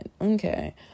okay